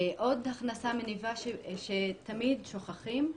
עוד הכנסה מניבה שתמיד שוכחים,